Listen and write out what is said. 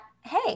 hey